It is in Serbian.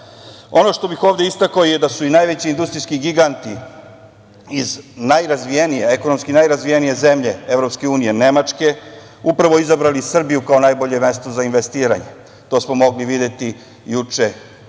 što bih ovde istakao je da su i najveći industrijski giganti iz ekonomski najrazvijenije zemlje EU Nemačke upravo izabrali Srbiju kao najbolje mesto za investiranje. To smo mogli videti juče u